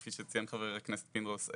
כפי שציין חבר הכנסת פינדרוס,